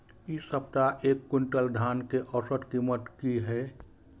इ सप्ताह एक क्विंटल धान के औसत कीमत की हय?